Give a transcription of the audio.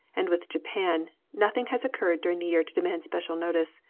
and with japan, nothing has occurred during the year to demand special notice.